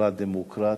חברה דמוקרטית,